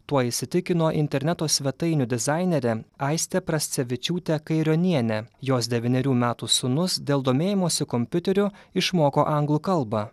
tuo įsitikino interneto svetainių dizainerė aistė prascevičiūtė kairionienė jos devynerių metų sūnus dėl domėjimosi kompiuteriu išmoko anglų kalbą